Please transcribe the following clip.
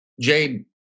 Jade